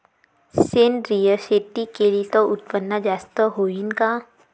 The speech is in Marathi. सेंद्रिय शेती केली त उत्पन्न जास्त होईन का?